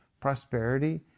prosperity